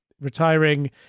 retiring